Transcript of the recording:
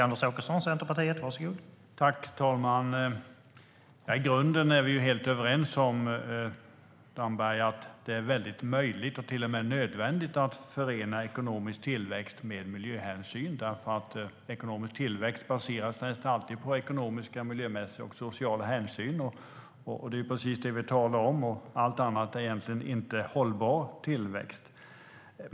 Herr talman! I grunden är vi helt överens om att det är möjligt och till och med nödvändigt att förena ekonomisk tillväxt med miljöhänsyn, därför att ekonomisk tillväxt nästan alltid baseras på ekonomiska, miljömässiga och sociala hänsyn. Det är precis det vi talar om, och allt annat är egentligen inte hållbar tillväxt.